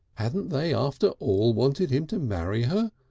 hadn't they after all wanted him to marry her?